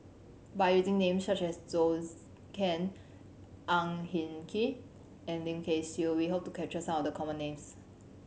by using names such as Zhou Can Ang Hin Kee and Lim Kay Siu we hope to capture some of the common names